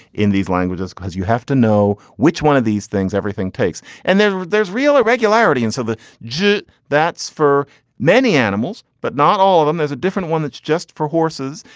in these languages because you have to know which one of these things everything takes. and then there's real irregularity. and so the djite that's for many animals, but not all of them. there's a different one that's just for horses.